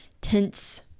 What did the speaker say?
tense